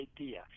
idea